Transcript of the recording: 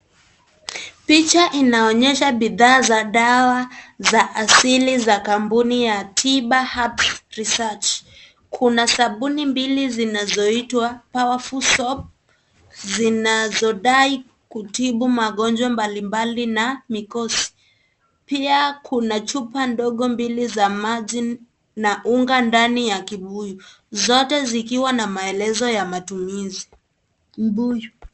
Picha inaonyesha bidhaa za dawa za asili za kampuni ya Tiba Herbs Research. Kuna sabuni mbili zinazoitwa powerful soap, zinazodai kutibu magonjwa mbalimbali na mikosi. Pia kuna chupa ndogo mbili za maji na unga ndani ya kibuyu, zote zikiwa na maelezo ya matumizi.